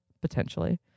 potentially